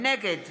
נגד